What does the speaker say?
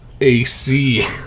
AC